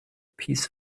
piece